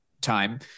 time